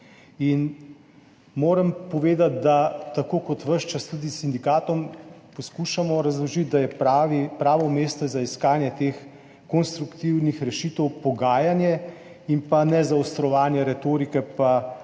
In moram povedati, da tako kot ves čas tudi sindikatom poskušamo razložiti, da je pravo mesto za iskanje teh konstruktivnih rešitev pogajanje in pa nezaostrovanje retorike, še